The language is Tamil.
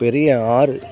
பெரிய ஆறு